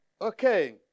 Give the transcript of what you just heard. Okay